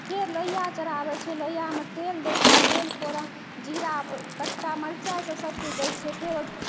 फेर लोहिया चढ़ाबै छियै लोहियामे तेल दै छियै तेल फोरन जीरा कचका मरचाइ सब सबकिछु दै छियै फेर